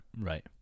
right